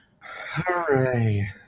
Hooray